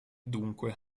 dunque